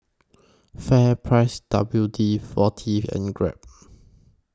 FairPrice W D forty and Grab